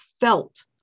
felt